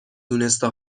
دونسته